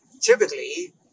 Typically